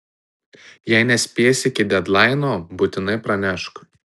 jei nespėsi iki dedlaino būtinai pranešk